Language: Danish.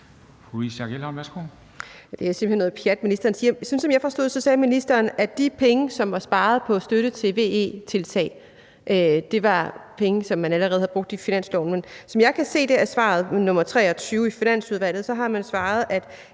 hen noget pjat. Sådan som jeg forstod det, sagde ministeren, at de penge, som var sparet på støtte til VE-tiltag, var penge, som man allerede havde brugt i finansloven. Men som jeg kan se af svaret på FIU alm. del – spørgsmål 23, har man svaret, at